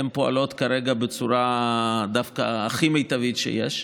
הן פועלות כרגע דווקא בצורה הכי מיטבית שיש.